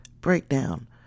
breakdown